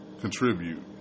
contribute